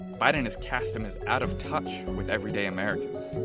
biden has cast him as out of touch with everyday americans.